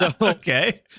Okay